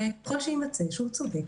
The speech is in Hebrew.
וככל שיימצא שהוא צודק,